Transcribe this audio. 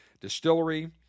Distillery